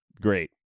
great